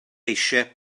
eisiau